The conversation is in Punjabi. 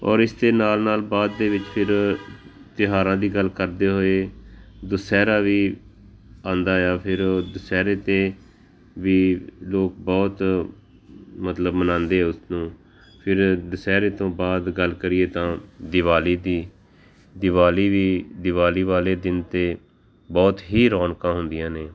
ਔਰ ਇਸ ਦੇ ਨਾਲ ਨਾਲ ਬਾਅਦ ਦੇ ਵਿੱਚ ਫਿਰ ਤਿਉਹਾਰਾਂ ਦੀ ਗੱਲ ਕਰਦੇ ਹੋਏ ਦੁਸਹਿਰਾ ਵੀ ਆਉਂਦਾ ਆ ਫਿਰ ਦੁਸਹਿਰੇ 'ਤੇ ਵੀ ਲੋਕ ਬਹੁਤ ਮਤਲਬ ਮਨਾਉਂਦੇ ਉਸ ਨੂੰ ਫਿਰ ਦੁਸਹਿਰੇ ਤੋਂ ਬਾਅਦ ਗੱਲ ਕਰੀਏ ਤਾਂ ਦਿਵਾਲੀ ਦੀ ਦਿਵਾਲੀ ਵੀ ਦਿਵਾਲੀ ਵਾਲੇ ਦਿਨ 'ਤੇ ਬਹੁਤ ਹੀ ਰੌਣਕਾਂ ਹੁੰਦੀਆਂ ਨੇ